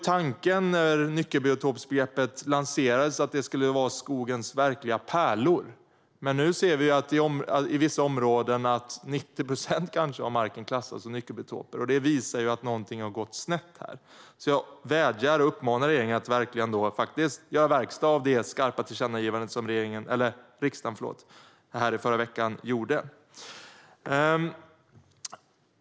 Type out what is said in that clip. Tanken när nyckelbiotopsbegreppet lanserades var ju att det skulle gälla skogens verkliga pärlor, men nu ser vi att kanske 90 procent av marken i vissa områden klassas som nyckelbiotoper. Det visar att någonting har gått snett, så jag vädjar till och uppmanar regeringen att faktiskt göra verkstad av det skarpa tillkännagivande som riksdagen gjorde i förra veckan.